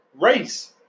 race